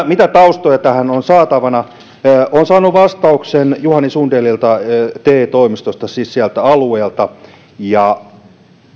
mitä taustoja tähän on saatavana olen saanut vastauksen juhani sundellilta te toimistosta siis siltä alueelta ja